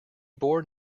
bore